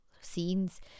scenes